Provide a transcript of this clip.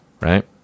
right